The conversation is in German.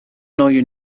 neue